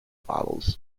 bottles